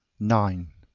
nine.